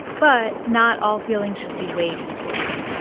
but not all feelings should be weighed equally.